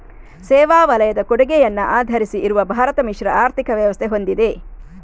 ಸೇವಾ ವಲಯದ ಕೊಡುಗೆಯನ್ನ ಆಧರಿಸಿ ಇರುವ ಭಾರತ ಮಿಶ್ರ ಆರ್ಥಿಕ ವ್ಯವಸ್ಥೆ ಹೊಂದಿದೆ